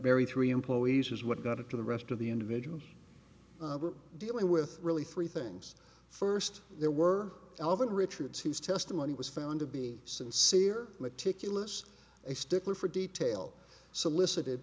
very three employees is what got it to the rest of the individuals we're dealing with really three things first there were alvin richards whose testimony was found to be sincere meticulous a stickler for detail solicit